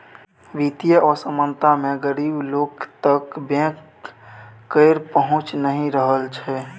बित्तीय असमानता मे गरीब लोक तक बैंक केर पहुँच नहि रहय छै